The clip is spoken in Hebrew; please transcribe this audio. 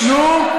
ששש, נו.